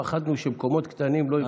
פחדנו שמקומות קטנים לא יחוברו.